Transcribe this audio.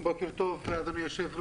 בוקר טוב, אדוני היושב ראש,